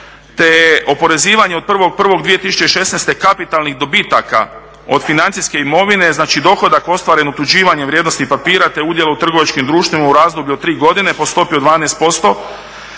te oporezivanje od 1.1.2016.kapitalnih dobitaka od financijske imovine znači dohodak ostvaren utvrđivanju vrijednosnih papira te udjela u trgovačkim društvima u razdoblju od tri godine po stopi od 12%